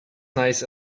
nice